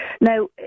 Now